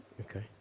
Okay